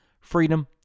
freedom